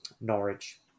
Norwich